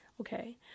Okay